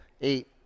Eight